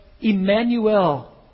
Emmanuel